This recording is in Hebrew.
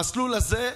המסלול הזה,